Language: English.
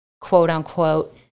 quote-unquote